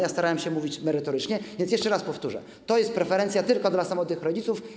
Ja starałem się mówić merytorycznie, więc jeszcze raz powtórzę: to jest preferencja tylko dla samotnych rodziców.